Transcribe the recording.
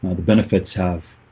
ah the benefits have